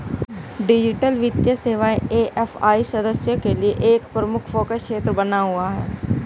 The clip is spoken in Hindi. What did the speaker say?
डिजिटल वित्तीय सेवाएं ए.एफ.आई सदस्यों के लिए एक प्रमुख फोकस क्षेत्र बना हुआ है